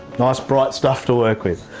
nice bright stuff to work with.